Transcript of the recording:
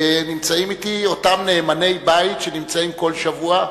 ונמצאים אתי אותם נאמני בית שנמצאים כל שבוע,